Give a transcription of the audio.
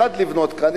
אחד לבנות כאן,